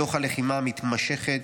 בתוך הלחימה המתמשכת,